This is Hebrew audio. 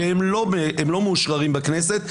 שהם לא מאושררים בכנסת,